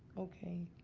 ok